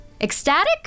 Ecstatic